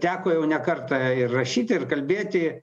teko jau ne kartą ir rašyti ir kalbėti